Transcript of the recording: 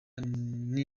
nini